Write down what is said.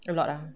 a lot ah